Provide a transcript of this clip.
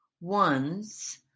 one's